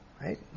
right